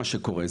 מה שקורה,